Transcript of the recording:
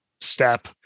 step